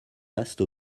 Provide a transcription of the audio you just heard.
vaste